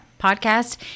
podcast